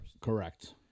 Correct